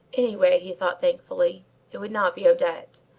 anyway, he thought thankfully, it would not be odette.